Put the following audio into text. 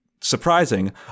surprising